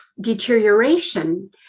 deterioration